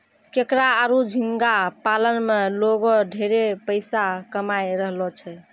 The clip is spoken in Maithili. केकड़ा आरो झींगा पालन में लोगें ढेरे पइसा कमाय रहलो छै